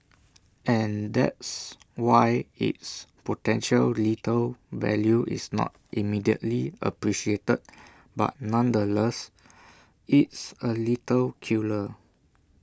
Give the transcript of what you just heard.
and that's why its potential lethal value is not immediately appreciated but nonetheless it's A lethal killer